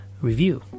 review